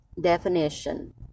definition